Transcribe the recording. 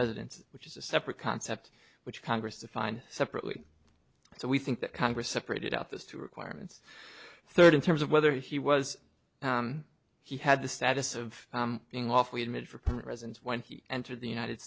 residence which is a separate concept which congress define separately so we think that congress separated out those two requirements third in terms of whether he was he had the status of being off we admitted for presents when he entered the united